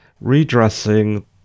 redressing